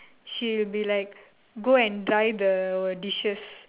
she will be like go and dry the dishes